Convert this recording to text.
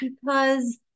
because-